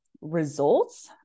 results